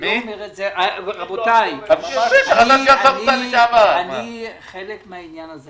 אני לא אומר את זה --- אני חלק מהעניין הזה,